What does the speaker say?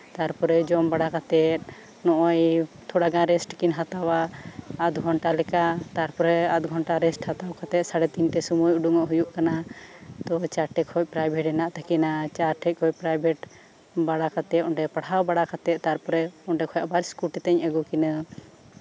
ᱛᱟᱨᱯᱚᱨᱮ ᱡᱚᱢ ᱵᱟᱲᱟ ᱠᱟᱛᱮᱜ ᱛᱷᱚᱲᱟ ᱜᱟᱱ ᱨᱮᱥᱴ ᱠᱤᱱ ᱦᱟᱛᱟᱣᱟ ᱟᱫᱷ ᱜᱷᱚᱱᱴᱟ ᱞᱮᱠᱟ ᱛᱟᱨᱯᱚᱨᱮ ᱟᱫᱷ ᱜᱷᱚᱱᱴᱟ ᱨᱮᱥᱴ ᱦᱟᱛᱟᱣ ᱠᱟᱛᱮᱜ ᱛᱤᱱᱴᱮ ᱥᱚᱢᱚᱭ ᱩᱰᱩᱠ ᱦᱩᱭᱩᱜ ᱠᱟᱱᱟ ᱪᱟᱨᱴᱮ ᱠᱷᱚᱱ ᱯᱨᱟᱭᱵᱷᱮᱴ ᱢᱮᱱᱟᱜ ᱛᱟᱹᱠᱤᱱᱟ ᱪᱟᱨᱴᱮ ᱠᱷᱚᱱ ᱯᱨᱟᱭᱵᱷᱮᱴ ᱵᱟᱲᱟ ᱠᱟᱛᱮᱜ ᱛᱟᱨᱯᱚᱨᱮ ᱚᱱᱰᱮ ᱠᱷᱚᱡ ᱟᱵᱟᱨ ᱤᱥᱠᱩᱴᱤ ᱛᱤᱧ ᱟᱹᱜᱩ ᱠᱤᱱᱟ